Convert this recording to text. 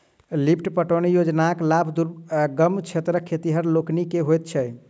lift पटौनी योजनाक लाभ दुर्गम क्षेत्रक खेतिहर लोकनि के होइत छै